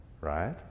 right